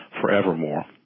forevermore